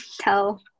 tell